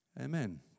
Amen